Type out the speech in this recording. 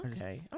okay